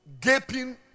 gaping